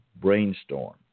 brainstorm